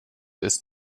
ist